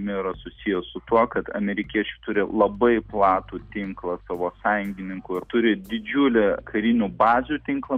nėra susiję su tuo kad amerikiečiai turi labai platų tinklą savo sąjungininkų ir turi didžiulę karinių bazių tinklą